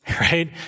right